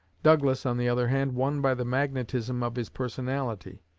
douglas, on the other hand, won by the magnetism of his personality.